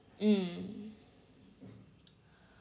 mm